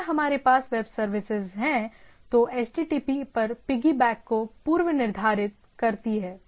अगर हमारे पास वेब सर्विस है जो HTTP पर पिग्गीबैक को पूर्वनिर्धारित करती है